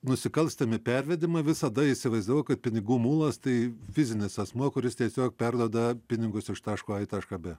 nusikalstami pervedimai visada įsivaizdavau kad pinigų mulas tai fizinis asmuo kuris tiesiog perduoda pinigus iš taško a į tašką bė